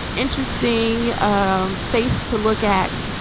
interesting um face to look at.